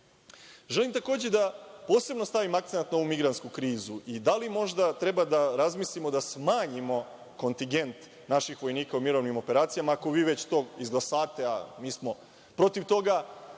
Dveri. Želim takođe da posebno stavim akcenat na ovu migrantsku krizu i da li možda treba da razmislimo da smanjimo kontigent naših vojnika u mirovnim operacijama, ako vi to već izglasate, a mi smo protiv toga,